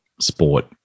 sport